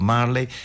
Marley